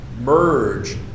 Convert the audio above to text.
merge